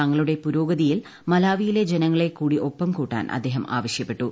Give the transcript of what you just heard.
തങ്ങളുടെ പുരോഗതിയിൽ മലാവിയിലെ ജനങ്ങളെ കൂടി ഒപ്പംകൂട്ടാൻ അദ്ദേഹം ആവശൃപ്പെട്ടു